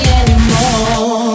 anymore